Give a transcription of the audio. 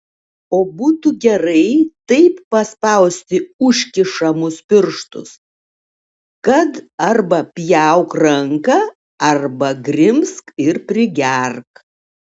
o būtų gerai taip paspausti užkišamus pirštus kad arba pjauk ranką arba grimzk ir prigerk